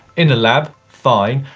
in a lab, fine,